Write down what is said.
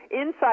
inside